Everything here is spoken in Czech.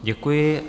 Děkuji.